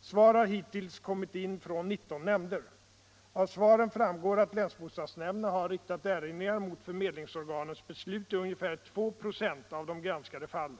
Svar har hittills kommit in från 19 nämnder. Av svaren framgår att länsbostadsnämnderna har riktat erinringar moi förmedlingsorganens beslut i ungefär 2 96 av de granskade fallen.